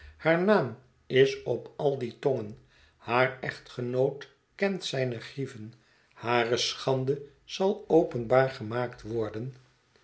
haar naam is op al die tongen baar echtgenoot kent zijne grieven hare schande zal openbaar gemaakt worden